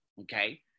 okay